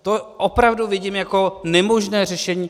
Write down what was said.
To opravdu vidím jako nemožné řešení.